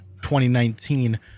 2019